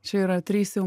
čia yra trys jau